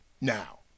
Now